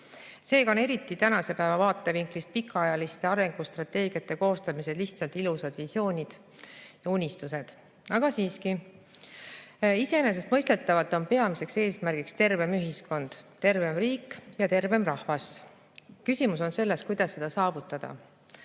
Seega on eriti tänase päeva vaatevinklist pikaajalised arengustrateegiad lihtsalt ilusad visioonid ja unistused. Aga siiski, iseenesestmõistetavalt on peamine eesmärk tervem ühiskond, tervem riik ja tervem rahvas. Küsimus on selles, kuidas seda saavutada.